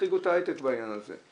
החריגו את ההייטק בעניין הזה,